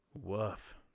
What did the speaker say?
Woof